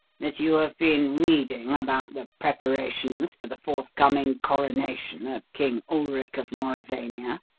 that you have been reading about the preparations for the forthcoming coronation of king ulric of mauravania?